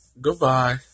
Goodbye